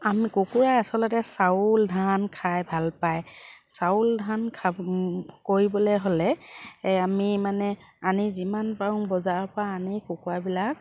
আমি কুকুৰা আচলতে চাউল ধান খাই ভাল পায় চাউল ধান খাব কৰিবলে হ'লে আমি মানে আনি যিমান পাৰোঁ বজাৰৰ পৰা আনি কুকুৰাবিলাক